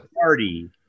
Party